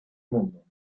mundo